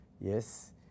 Yes